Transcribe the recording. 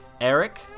Eric